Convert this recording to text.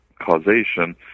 causation